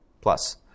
plus